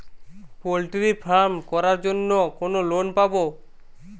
Poultry farm করার জন্য কোন লোন পাব?